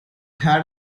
had